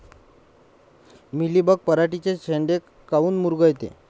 Mealybug पराटीचे चे शेंडे काऊन मुरगळते?